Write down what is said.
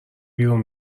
بیرون